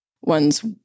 ones